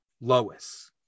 Lois